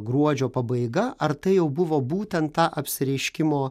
gruodžio pabaiga ar tai jau buvo būtent ta apsireiškimo